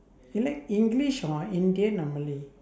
you like english or indian or malay